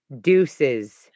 Deuces